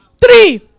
Three